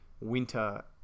winter